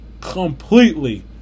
Completely